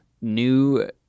new